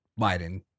Biden